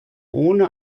ohne